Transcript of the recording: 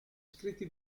scritti